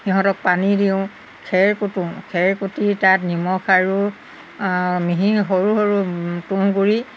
সিহঁতক পানী দিওঁ খেৰ কুতোঁ খেৰ কুটি তাত নিমখ আৰু মিহি সৰু সৰু তুঁহগুড়ি